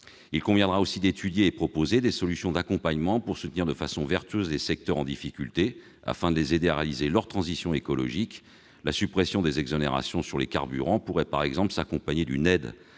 Il conviendra aussi d'étudier et de proposer des solutions d'accompagnement, pour soutenir de façon vertueuse les secteurs en difficulté, afin de les aider à réaliser leur transition écologique. La suppression des exonérations sur les carburants pourrait par exemple s'accompagner d'une aide